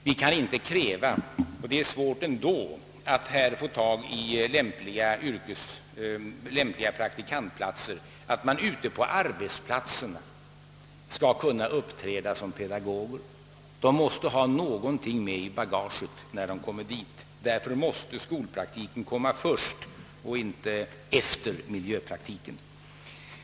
Vi kan inte kräva att man ute på arbetsplatserna skall kunna uppträda som pedagoger. Det är svårt nog ändå att finna lämpliga praktikantplatser. De unga måste ha någonting med i bagaget, när de kommer dit. Därför måste skolpraktiken komma först, inte efter miljöpraktiken.